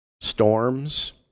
Storms